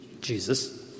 Jesus